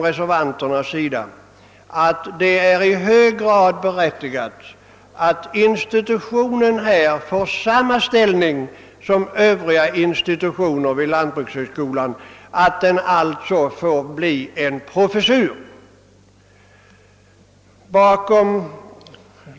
Reservanterna anser därför att det är i hög grad berättigat, att institutionen får samma ställning som Övriga institutioner vid = lantbrukshögskolan, d.v.s. att det inrättas en professur.